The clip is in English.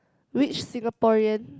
which Singaporean